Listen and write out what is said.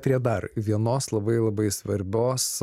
prie dar vienos labai labai svarbios